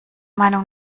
meinung